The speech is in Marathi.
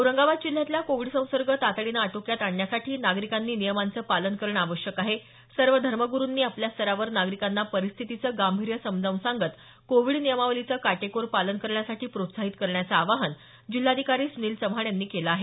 औरंगाबाद जिल्ह्यातला कोविड संसर्ग तातडीनं आटोक्यात आणण्यासाठी नागरिकांनी नियमांच पालन करण आवश्यक आहे सर्व धर्मगुरूंनी आपल्या स्तरावर नागरिकांना परिस्थितीचं गांभीर्य समजावून सांगत कोविड नियमावलीचं काटेकोर पालन करण्यासाठी प्रोत्साहीत करण्याचं आवाहन जिल्हाधिकारी सुनील चव्हाण यांनी केलं आहे